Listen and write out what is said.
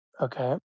Okay